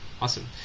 Awesome